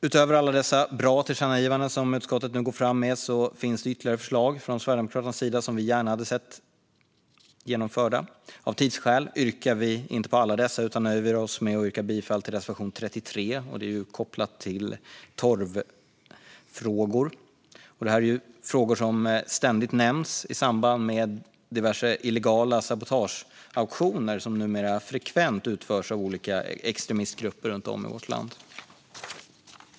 Utöver alla dessa bra tillkännagivanden som utskottet nu föreslår finns det ytterligare förslag från Sverigedemokraternas sida som vi gärna hade sett genomförda. Av tidsskäl yrkar vi inte bifall till alla dessa utan nöjer oss med att yrka bifall till reservation 33, som är kopplad till torvfrågor. Detta är frågor som ständigt nämns i samband med diverse illegala sabotageaktioner som numera frekvent utförs av olika extremistgrupper runt om i vårt land.